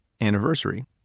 anniversary